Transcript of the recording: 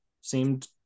seemed